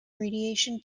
radiation